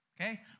okay